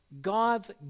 God's